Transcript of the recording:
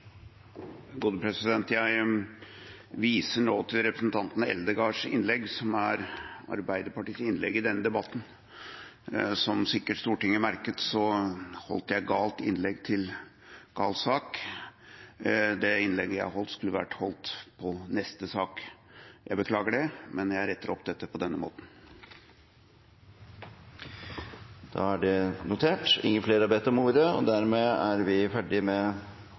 Arbeiderpartiets innlegg i denne debatten. Som Stortinget sikkert merket, holdt jeg innlegg til gal sak. Det innlegget jeg holdt, skulle vært holdt til neste sak. Jeg beklager det, men jeg retter det opp på denne måten. Da er det notert. Flere har ikke bedt om ordet